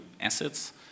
assets